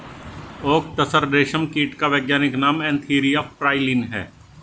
okay तसर रेशम कीट का वैज्ञानिक नाम एन्थीरिया प्राइलीन है